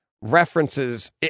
references